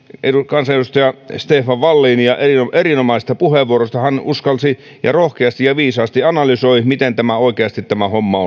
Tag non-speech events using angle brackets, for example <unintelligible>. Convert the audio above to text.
kansanedustaja stefan wallinia erinomaisesta puheenvuorosta hän uskalsi rohkeasti ja viisaasti analysoida miten tämä homma <unintelligible>